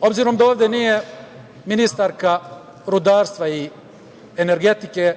Obzirom da ovde nije ministarka rudarstva i energetike,